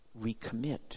recommit